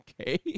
Okay